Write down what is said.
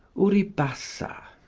uribassa.